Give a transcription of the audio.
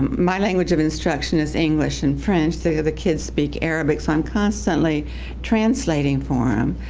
my language of instruction is english and french. the other kids speak arabic, so i'm constantly translating for them.